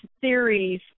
theories